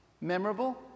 memorable